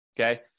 okay